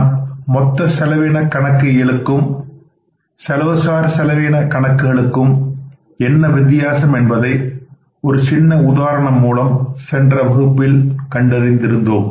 நாம் மொத்த செலவின கணக்கு இயலுக்கும் செயல் சார் செலவின கணக்குகளுக்கும் என்ன வித்தியாசம் என்பதை ஒரு சின்ன உதாரணம் மூலமாக சென்ற வகுப்பில் கண்டறிந்தோம்